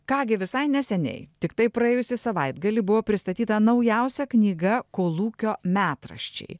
ką gi visai neseniai tiktai praėjusį savaitgalį buvo pristatyta naujausia knyga kolūkio metraščiai